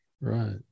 Right